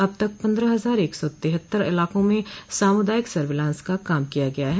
अब तक पन्द्रह हजार एक सा तिहत्तर इलाकों में सामुदायिक सर्विलांस का काम किया गया है